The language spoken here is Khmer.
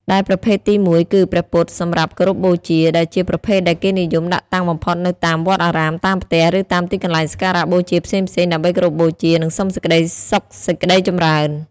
ដែលប្រភេទទីមួយគឺ ព្រះពុទ្ធសម្រាប់គោរពបូជា ដែលជាប្រភេទដែលគេនិយមដាក់តាំងបំផុតនៅតាមវត្តអារាម តាមផ្ទះ ឬតាមទីកន្លែងសក្ការៈបូជាផ្សេងៗ ដើម្បីគោរពបូជា និងសុំសេចក្តីសុខសេចក្តីចម្រើន។